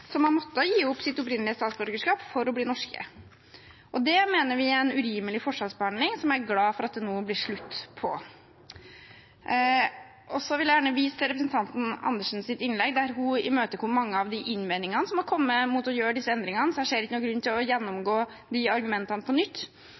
Så vil jeg gjerne vise til representanten Karin Andersens innlegg, der hun imøtegår mange av de innvendingene som har kommet mot å gjøre disse endringene. Jeg ser derfor ikke noen grunn til å